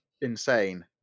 insane